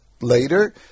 later